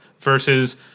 versus